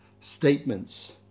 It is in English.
statements